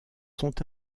sont